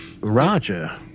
Roger